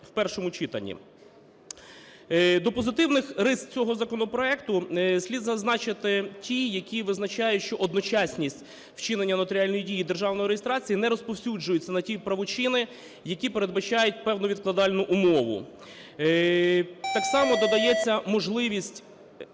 в першому читанні. До позитивних рис цього законопроекту слід зазначити ті, які визначають, що одночасність вчинення нотаріальної дії державної реєстрації не розповсюджуються на ті правочини, які передбачають певну відкладальну умову. Так само додається можливість